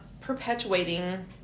perpetuating